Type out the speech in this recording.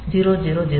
0000 0010